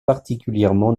particulièrement